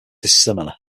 dissimilar